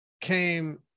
came